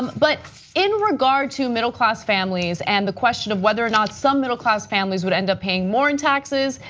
but in regard to middle class families and the question of whether or not some middle-class families will end up paying more in taxes,